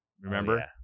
Remember